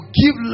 give